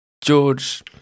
George